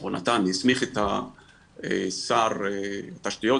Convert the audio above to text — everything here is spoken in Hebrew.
או הסמיך את שר התשתיות,